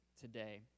today